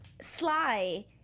Sly